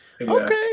Okay